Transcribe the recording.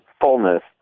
fullness